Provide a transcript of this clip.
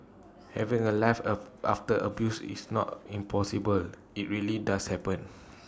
having A life of after abuse is not impossible IT really does happen